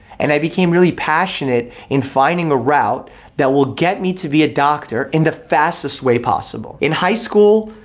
and i became really passionate in finding a route that will get me to be a doctor in the fastest way possible. in high school,